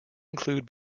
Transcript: include